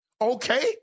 okay